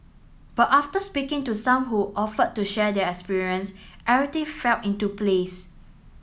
but after speaking to some who offered to share their experience everything fell into place